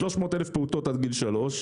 ו-200,000 פעוטות עד גיל שלוש,